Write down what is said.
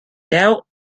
doubt